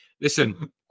Listen